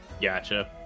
Gotcha